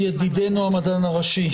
ידידנו המדען הראשי.